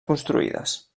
construïdes